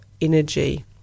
energy